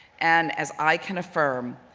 and as i can affirm,